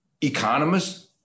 economists